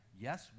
yes